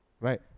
Right